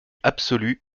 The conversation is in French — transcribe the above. absolue